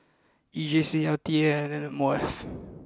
E J C L T A and M O F